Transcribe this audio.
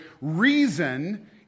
reason